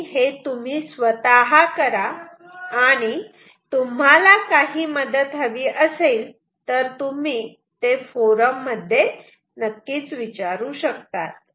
हे तुम्ही स्वतः करा आणि तुम्हाला काही मदत हवी असेल तर तुम्ही ते फोरम मध्ये विचारू शकतात